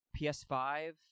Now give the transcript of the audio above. PS5